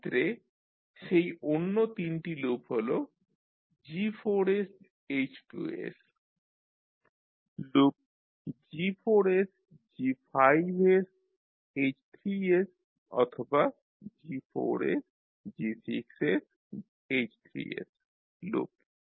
সেক্ষেত্রে সেই অন্য 3 টি লুপ হল G4sH2 লুপ G4sG5sH3 অথবা G4sG6sH3 লুপ